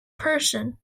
person